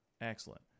Excellent